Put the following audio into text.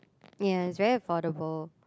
ya it is very affordable